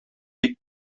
бик